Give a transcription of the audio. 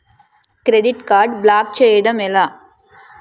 Credit card block చేయడం ఎలా?